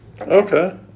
Okay